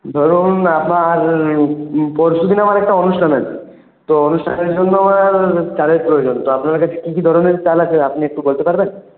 ধরুন আপনার পরশুদিন আমার একটা অনুষ্ঠান আছে তো অনুষ্ঠানের জন্য আমার চালের প্রয়োজন তো আপনাদের কাছে কি কি ধরনের চাল আছে আপনি একটু বলতে পারবেন